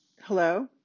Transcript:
hello